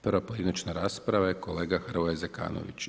Prva pojedinačna rasprava je kolega Hrvoje Zekanović.